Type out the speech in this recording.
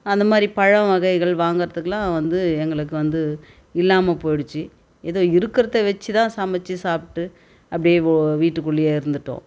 அந்த மாதிரி பழ வகைகள் வாங்கறதுக்கெலாம் வந்து எங்களுக்கு வந்து இல்லாமல் போயிடுச்சு ஏதோ இருக்கிறத வச்சி தான் சமைச்சி சாப்பிட்டு அப்படியே வீட்டுக்குள்ளேயே இருந்துவிட்டோம்